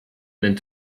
mint